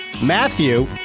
Matthew